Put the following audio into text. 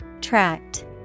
Tract